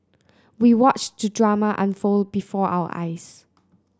we watched the drama unfold before our eyes